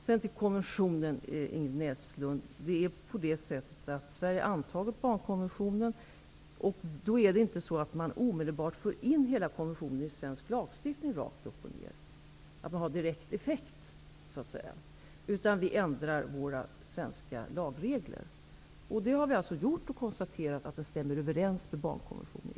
Det är på det sättet, Ingrid Näslund, att Sverige har antagit barnkonventionen. Man för dock inte omedelbart in hela konventionen i svensk lagstiftning rakt upp och ned. Den får så att säga inte direkt effekt, utan vi ändrar våra svenska lagregler. Det har vi gjort, och vi har konstaterat att de stämmer överens med barnkonventionen.